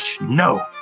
no